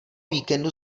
víkendu